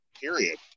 period